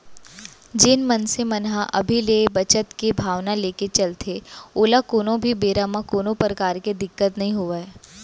जेन मनसे मन ह अभी ले बचत के भावना लेके चलथे ओला कोनो भी बेरा म कोनो परकार के दिक्कत नइ होवय